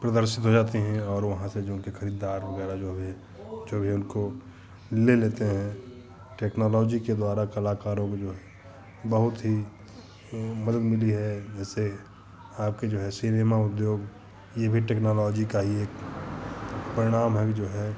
प्रदर्शित हो जाती हैं और वहाँ से जो उनके खरीदार वग़ैरह जो भी हैं जो भी उनको ले लेते हैं टेक्नोलॉजी के द्वारा कलाकारों को जो है बहुत ही मदद मिली है जैसे आपके जो है सिनेमा उद्योग यह भी टेक्नोलॉजी का ही एक परिणाम है कि जो है